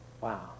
Wow